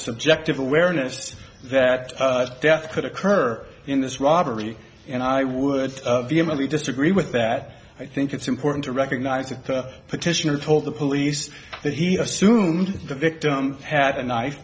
subjective awareness that death could occur in this robbery and i would vehemently disagree with that i think it's important to recognize that petitioner told the police that he assumed the victim had a knife